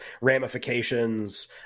ramifications